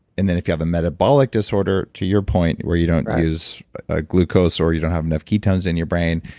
and then if you have a metabolic disorder, to your point, where you don't use ah glucose or you don't have enough ketones in your brain,